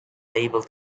label